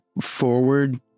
forward